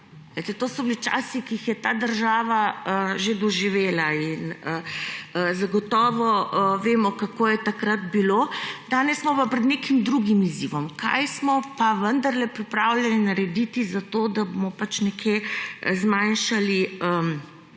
to so bili časi, ki jih je ta država že doživela, in zagotovo vemo, kako je takrat bilo. Danes smo pa pred nekim drugim izzivom, kaj smo pa vendarle pripravljeni narediti za to, da bomo nekje zmanjšali v